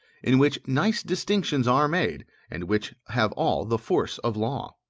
in which nice distinctions are made, and which have all the force of laws.